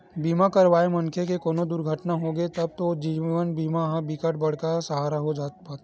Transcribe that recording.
बीमा करवाए मनखे के कोनो दुरघटना होगे तब तो जीवन बीमा ह बिकट बड़का सहारा हो जाते